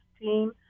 team